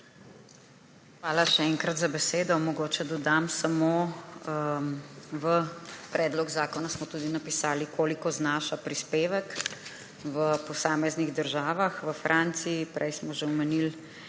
Hvala, še enkrat, za besedo. Mogoče dodam samo, v predlog zakona smo tudi napisali, koliko znaša prispevek v posameznih državah. V Franciji, prej smo že omenili,